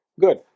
good